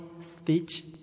speech